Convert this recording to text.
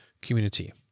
community